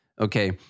Okay